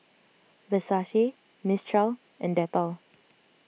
Versace Mistral and Dettol